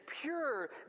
pure